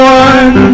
one